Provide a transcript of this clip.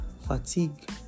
fatigue